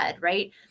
right